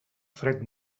fred